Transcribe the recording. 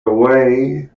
away